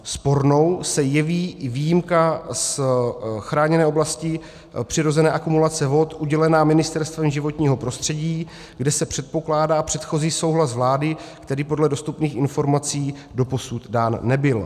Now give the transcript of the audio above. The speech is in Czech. Spornou se jeví i výjimka z chráněné oblasti přirozené akumulace vod udělená Ministerstvem životního prostředí, kde se předpokládá předchozí souhlas vlády, který podle dostupných informací doposud dán nebyl.